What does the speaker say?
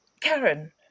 Karen